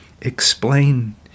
explain